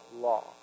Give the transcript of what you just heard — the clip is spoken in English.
law